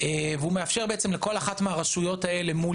מה שמאפשר לכל אחת מהרשויות האלו מול